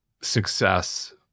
success